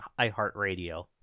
iHeartRadio